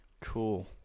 Cool